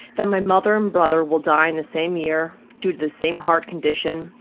that my mother and brother will die in the same year, due to the same heart condition.